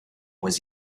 was